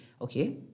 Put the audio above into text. okay